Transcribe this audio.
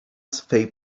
swej